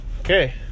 okay